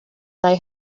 they